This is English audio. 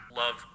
love